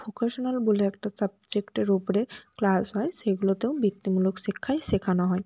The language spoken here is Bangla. ভোকেশনাল বলে একটা সাব্জেক্টের উপরে ক্লাস হয় সেগুলোতেও বৃত্তিমূলক শিক্ষাই শেখানো হয়